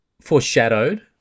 foreshadowed